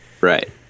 Right